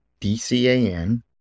DCAN